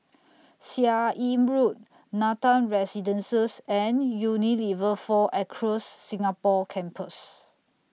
Seah Im Road Nathan Residences and Unilever four Acres Singapore Campus